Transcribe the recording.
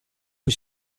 was